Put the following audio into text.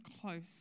close